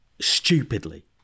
stupidly